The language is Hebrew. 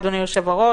אדוני היושב-ראש,